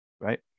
right